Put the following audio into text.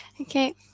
Okay